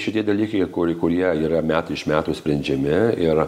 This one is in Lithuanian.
šitie dalykai kur kurie yra metai iš metų sprendžiami ir